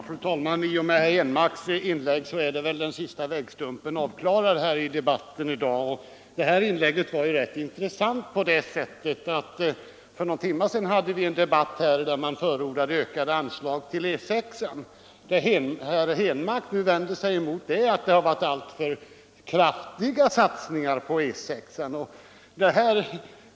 Fru talman! I och med herr Henmarks inlägg är väl den sista vägstumpen avklarad i dagens debatt. Detta inlägg var rätt intressant. För någon timme sedan hade vi en 129 debatt där man förordade ökade anslag till E 6. Herr Henmark vänder sig nu mot att det har varit alltför kraftiga satsningar på E 6.